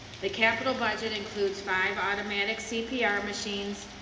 the capital budget includes five automatic cpr machines,